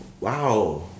wow